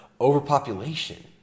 Overpopulation